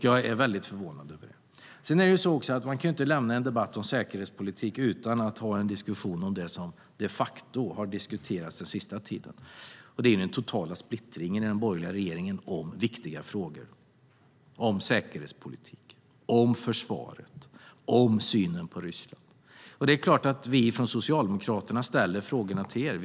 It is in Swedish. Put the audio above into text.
Jag är förvånad. Man kan inte lämna en debatt om säkerhetspolitik utan att ha en diskussion om vad som de facto har diskuterats den senaste tiden, nämligen den totala splittringen i den borgerliga regeringen om viktiga frågor, om säkerhetspolitik, om försvaret, om synen på Ryssland. Vi från Socialdemokraterna ställer frågorna till er.